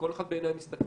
וכל אחד בעיניים מסתכל